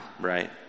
right